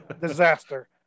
disaster